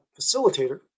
facilitator